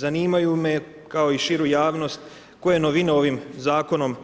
Zanimaju me, kao i širu javnost koje novine ovim Zakonom